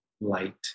light